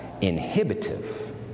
inhibitive